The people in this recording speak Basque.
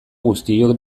guztiok